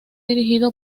dirigido